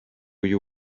you